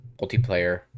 multiplayer